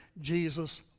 Jesus